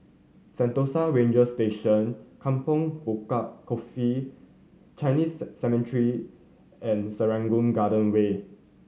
Sentosa Ranger Station Kampong Bukit Coffee Chinese Cemetery and Serangoon Garden Way